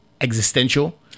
existential